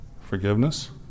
Forgiveness